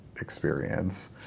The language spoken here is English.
experience